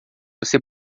você